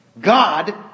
God